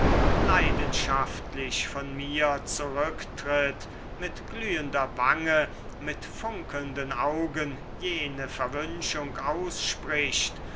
leidenschaftlich von mir zurücktritt mit glühender wange mit funkelnden augen jene verwünschung ausspricht